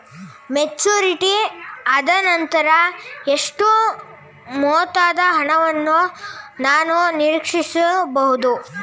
Maturity ಆದನಂತರ ಎಷ್ಟು ಮೊತ್ತದ ಹಣವನ್ನು ನಾನು ನೀರೀಕ್ಷಿಸ ಬಹುದು?